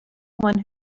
one